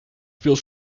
speel